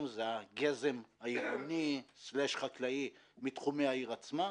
- הגזם העירוני/ חקלאי מתחומי העיר עצמה.